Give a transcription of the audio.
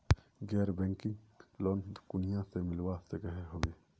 गैर banking loan कुनियाँ से मिलवा सकोहो होबे?